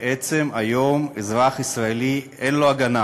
ובעצם היום לאזרח ישראלי אין הגנה.